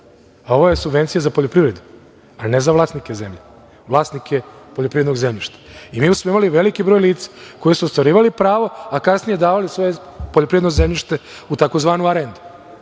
a ovo je subvencija za poljoprivredu, a ne za vlasnike zemlje, vlasnike poljoprivrednog zemljišta. Mi smo imali veliki broj lica koji su ostvarivali pravo, a kasnije davali svoje poljoprivredno zemljište u tzv. arendu